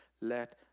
let